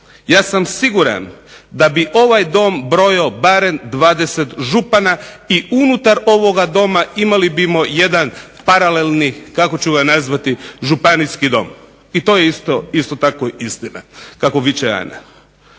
ja sam siguran da bi ovaj Dom brojao barem 20 župana i unutar ovoga Doma imali bismo jedan paralelni tako ću ga nazvati županijski dom. I to je isto tako istina kako viče Ana.